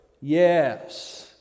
Yes